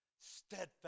steadfast